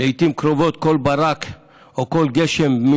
לעיתים קרובות כל ברק או כל גשם,